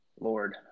Lord